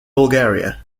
bulgaria